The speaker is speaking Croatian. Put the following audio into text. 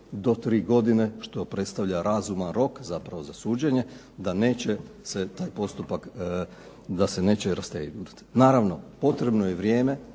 do 3 godine, što predstavlja razuman rok, zapravo za suđenje, da neće se taj postupak, da se neće rastegnuti. Naravno potrebno je vrijeme,